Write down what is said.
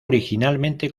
originalmente